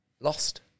lost